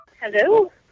hello